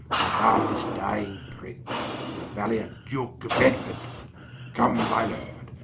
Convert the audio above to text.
regard this dying prince, the valiant duke of bedford come my lord,